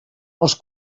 els